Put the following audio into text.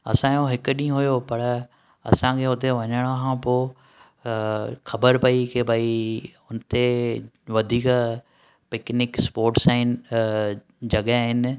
असांजो हिकु ॾींहुं हुयो पर असांखे हुते वञण खां पोइ ख़बर पई की भई हुते वधीक पिकनिक स्पॉटस आहिनि जॻहि आहिनि